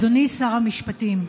אדוני שר המשפטים,